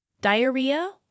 diarrhea